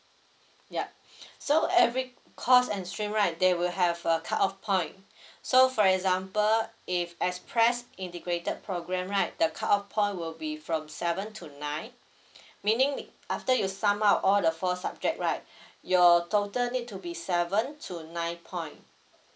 yup so every course and stream right they will have a cut off point so for example if express integrated program right the cut off point will be from seven to nine meaning after you sum out all the four subject right your total need to be seven to nine point